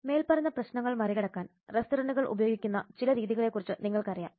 മേൽപ്പറഞ്ഞ പ്രശ്നങ്ങൾ മറികടക്കാൻ റെസ്റ്റോറന്റുകൾ ഉപയോഗിക്കുന്ന ചില രീതികളെക്കുറിച്ച് നിങ്ങൾക്കറിയാം